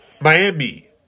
Miami